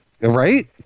Right